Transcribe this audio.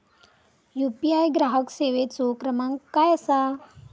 UPI ग्राहक सेवेचो क्रमांक काय असा?